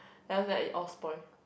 and was like all spoilt